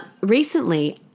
Recently